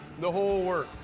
the whole works.